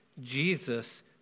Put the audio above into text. Jesus